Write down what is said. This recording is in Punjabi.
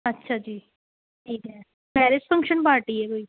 ਅੱਛਾ ਜੀ ਠੀਕ ਹੈ ਮੈਰਿਜ ਫੰਕਸ਼ਨ ਪਾਰਟੀ ਹੈ ਕੋਈ